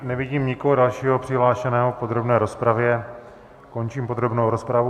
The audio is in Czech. Nevidím nikoho dalšího přihlášeného k podrobné rozpravě, končím podrobnou rozpravu.